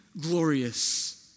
glorious